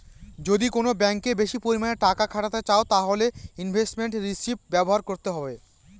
যদি কোন ব্যাঙ্কে বেশি পরিমানে টাকা খাটাতে চাও তাহলে ইনভেস্টমেন্ট রিষিভ ব্যবহার করতে হবে